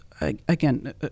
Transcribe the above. again